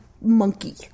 monkey